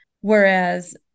Whereas